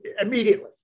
immediately